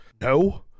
no